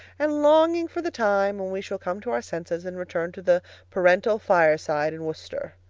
and longing for the time when we shall come to our senses, and return to the parental fireside in worcester.